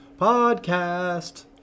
Podcast